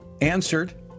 answered